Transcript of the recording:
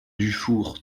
dufour